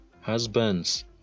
husbands